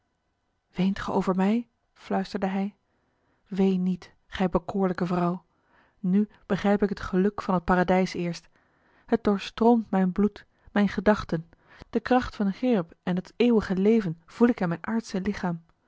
weent ge over mij fluisterde hij ween niet gij bekoorlijke vrouw nu begrijp ik het geluk van het paradijs eerst het doorstroomt mijn bloed mijn gedachten de kracht van den cherub en van het eeuwige leven voel ik in mijn aardsche lichaam